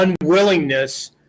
unwillingness